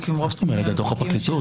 דוח הפרקליטות,